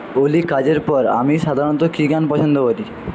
ওলি কাজের পর আমি সাধারণত কি গান পছন্দ করি